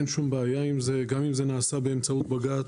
אין שום בעיה עם זה, גם אם זה נעשה באמצעות בג"ץ.